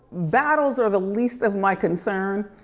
battles are the least of my concern.